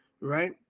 right